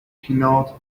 peanut